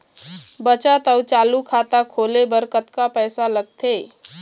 बचत अऊ चालू खाता खोले बर कतका पैसा लगथे?